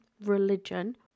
religion